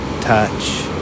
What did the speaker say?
touch